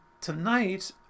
tonight